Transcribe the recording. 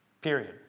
Period